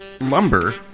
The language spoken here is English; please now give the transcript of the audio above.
lumber